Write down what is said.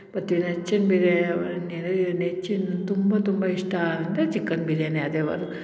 ಬರ್ತೀವಿ ನೆಚ್ಚಿನ ಬಿರಿಯಾನಿ ನೆಚ್ಚಿನ ತುಂಬ ತುಂಬ ಇಷ್ಟ ಅಂದರೆ ಚಿಕನ್ ಬಿರಿಯಾನಿ ಅದೇ ಬರೋದು